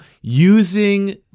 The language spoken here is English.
using